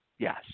Yes